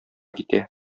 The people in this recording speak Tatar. китә